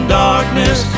darkness